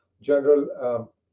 General